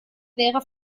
wäre